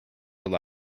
their